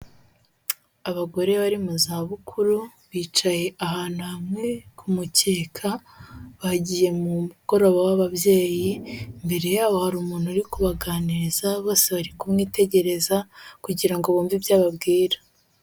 Abagore bari mu zabukuru bicaye ahantu hamwe ku mucyeka bagiye mu mugoroba w'ababyeyi, imbere yabo hari umuntu uri kubaganiriza bose bari kumwitegereza kugira ngo bumve ibyo ababwira.